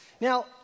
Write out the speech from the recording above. Now